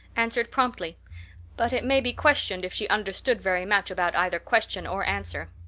answered promptly but it may be questioned if she understood very much about either question or answer.